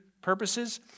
purposes